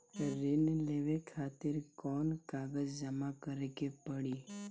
ऋण लेवे खातिर कौन कागज जमा करे के पड़ी?